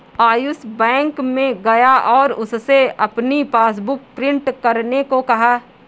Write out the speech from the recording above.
Ayush bank में गया और उससे अपनी पासबुक प्रिंट करने को कहा